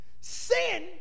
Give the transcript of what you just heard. sin